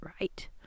right